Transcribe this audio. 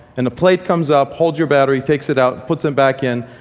and a plate comes up, holds your battery, takes it out, puts it back in,